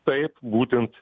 taip būtent